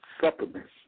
supplements